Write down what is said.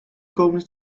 komende